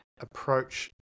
approach